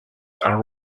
are